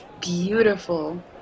beautiful